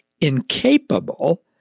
incapable